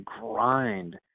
grind